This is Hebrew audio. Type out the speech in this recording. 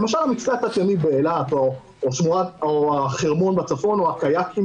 למשל המצפה התת-ימי באילת או החרמון בצפון או הקיאקים